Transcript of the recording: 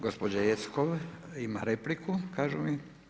Gospođa Jeckov ima repliku, kažu mi.